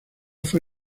fue